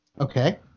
Okay